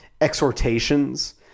exhortations